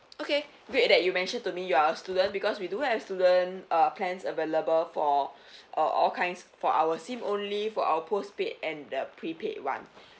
okay great that you mentioned to me you are a student because we do have student uh plans available for uh all kinds for our sim only for our postpaid and the prepaid [one]